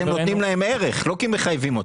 כי אתם נותנים להם ערך, לא כי מחייבים אותם.